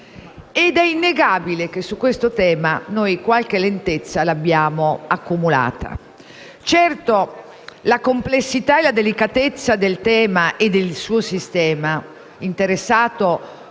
È innegabile che su questo tema qualche lentezza l'abbiamo accumulata. Certo, la complessità e la delicatezza del tema e del suo sistema, interessato